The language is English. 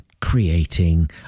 creating